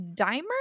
dimer